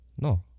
No